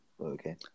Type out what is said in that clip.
Okay